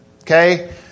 Okay